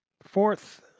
fourth